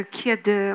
kiedy